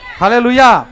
hallelujah